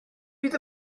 fydd